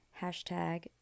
Hashtag